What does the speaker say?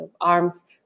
arms